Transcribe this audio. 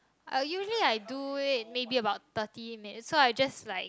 I usually I do it maybe about thirty minutes so I just like